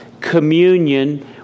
communion